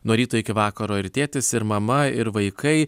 nuo ryto iki vakaro ir tėtis ir mama ir vaikai